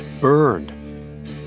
burned